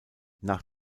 nach